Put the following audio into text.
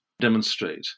demonstrate